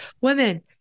women